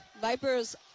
Viper's